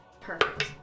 Perfect